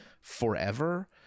forever